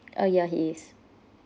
uh ya he is